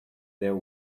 their